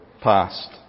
passed